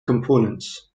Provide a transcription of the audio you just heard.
components